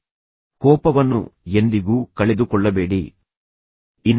ವಿಶೇಷವಾಗಿ ಫೋನ್ನಲ್ಲಿ ನಿಮ್ಮ ಕೋಪವನ್ನು ಎಂದಿಗೂ ಕಳೆದುಕೊಳ್ಳಬೇಡಿ ಏಕೆಂದರೆ ಅದು ದೊಡ್ಡ ಹಾನಿಯನ್ನು ಉಂಟುಮಾಡಬಹುದು